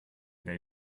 they